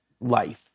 life